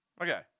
Okay